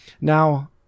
Now